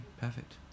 perfect